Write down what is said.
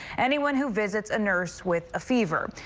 anyone who visits a nurse with a fever.